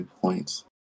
points